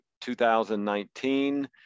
2019